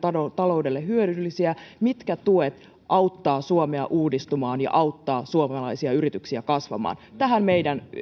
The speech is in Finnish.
taloudelle hyödyllisiä mitkä tuet auttavat suomea uudistumaan ja auttavat suomalaisia yrityksiä kasvamaan tähän meidän